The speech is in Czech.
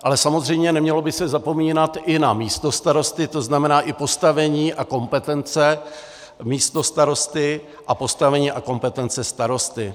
Ale samozřejmě nemělo by se zapomínat i na místostarosty, to znamená postavení a kompetence místostarosty a postavení a kompetence starosty.